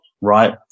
Right